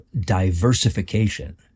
diversification